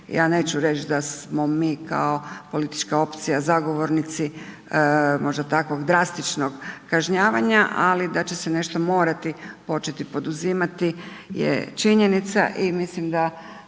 Ja neću reći da smo mi kao politička opcija zagovornici možda takvog drastičnog kažnjavanja, ali da će se nešto morati početi poduzimati je činjenica i mislim da